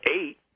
eight